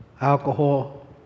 alcohol